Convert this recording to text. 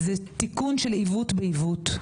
זה תיקון של עיוות בעיוות.